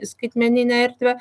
skaitmeninę erdvę